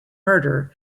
murder